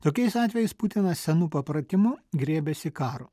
tokiais atvejais putinas senu papratimu griebiasi karo